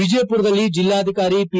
ವಿಜಯಪುರದಲ್ಲಿ ಜಿಲ್ಲಾಧಿಕಾರಿ ಪಿ